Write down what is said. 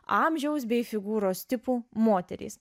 amžiaus bei figūros tipų moterys